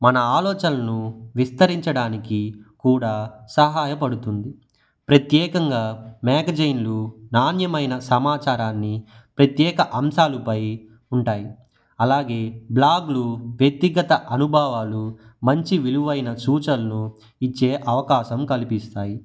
మన ఆలోచనలను విస్తరించడానికి కూడా సహాయ పడుతుంది ప్రత్యేకంగా మ్యాగజైన్లు నాణ్యమైన సమాచారాన్ని ప్రత్యేక అంశాలపై ఉంటాయి అలాగే బ్లాగ్లు వ్యక్తిగత అనుభవాలు మంచి విలువైన సూచనలను ఇచ్చే అవకాశం కల్పిస్తాయి